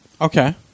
Okay